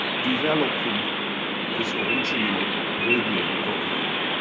developing this original radio program